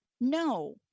No